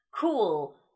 cool